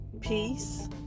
peace